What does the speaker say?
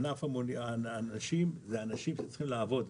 האנשים צריכים לעבוד.